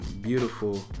beautiful